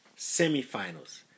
Semi-finals